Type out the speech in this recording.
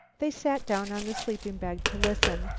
they sat down on the sleeping-bag to listen,